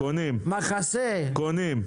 מחסה --- סגן שר במשרד ראש הממשלה אביר קארה: קונים.